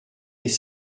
les